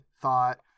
thought